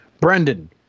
Brendan